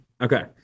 Okay